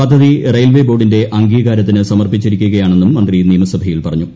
പദ്ധതി റെയിൽവേ ബോർഡിന്റെ അംഗീകാരത്തിന് സമർപ്പിച്ചിരിക്കുകയാണെന്നും മന്ത്രി നിയമസഭയിൽ പറഞ്ഞു